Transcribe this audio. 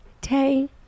Tay